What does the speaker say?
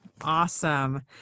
Awesome